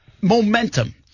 momentum